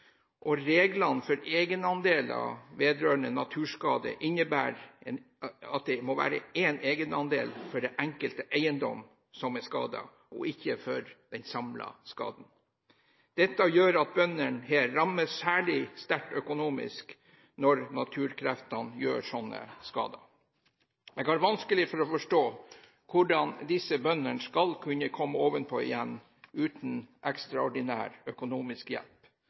og ikke for den samlede skaden. Dette gjør at bøndene her rammes særlig sterkt økonomisk når naturkreftene gjør slike skader. Jeg har vanskelig for å forstå hvordan disse bøndene skal kunne komme ovenpå igjen uten ekstraordinær økonomisk hjelp,